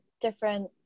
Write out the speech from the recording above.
different